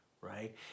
Right